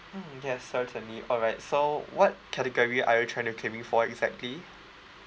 mm yes certainly alright so what category are you trying to claiming for exactly